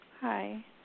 Hi